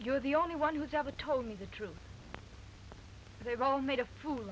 you're the only one who's ever told the truth they've all made a fool